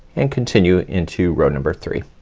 and continue into row number three.